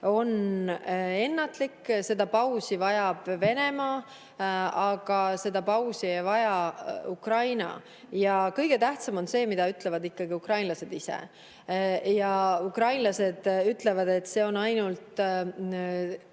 on ennatlik. Seda pausi vajab Venemaa, seda pausi ei vaja Ukraina. Kõige tähtsam on see, mida ütlevad ukrainlased ise. Ukrainlased ütlevad, et see on ainult